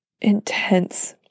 intense